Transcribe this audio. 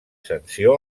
sanció